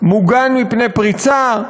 מוגן מפני פריצה.